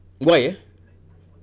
why eh